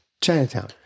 Chinatown